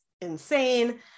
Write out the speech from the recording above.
insane